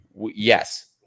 Yes